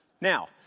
Now